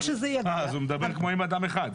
אז הוא מדבר כבר עם אדם אחד.